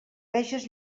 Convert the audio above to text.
veges